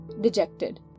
dejected